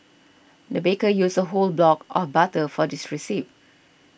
the baker used a whole block of butter for this recipe